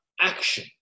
action